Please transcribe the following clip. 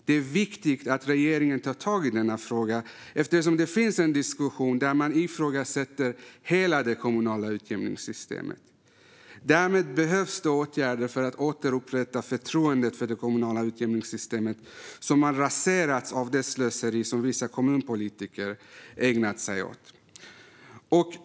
Det är viktigt att regeringen tar tag i denna fråga, eftersom det finns en diskussion där man ifrågasätter hela det kommunala utjämningssystemet. Därmed behövs det åtgärder för att återupprätta förtroendet för det kommunala utjämningssystemet, som har raserats av det slöseri som vissa kommunpolitiker ägnat sig åt. Fru talman!